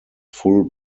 full